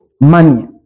money